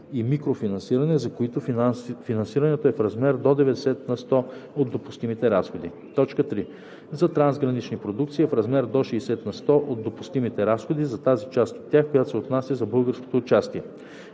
и микрофинансиране, за които финансирането е в размер до 90 на сто от допустимите разходи; 3. за трансгранични продукции е в размер до 60 на сто от допустимите разходи, за тази част от тях, която се отнася за българското участие.